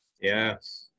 Yes